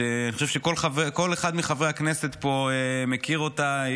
אני חושב שכל אחד מחברי הכנסת פה מכיר אותה,